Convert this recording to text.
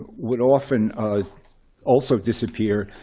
would often also disappear.